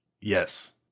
Yes